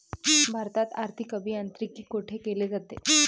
भारतात आर्थिक अभियांत्रिकी कोठे केले जाते?